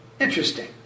Interesting